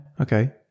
okay